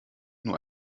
nur